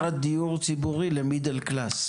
את בעצם אומרת דיור ציבורי ל-Middle class.